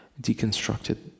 deconstructed